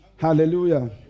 Hallelujah